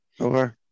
Okay